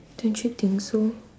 don't you think so